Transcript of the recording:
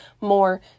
more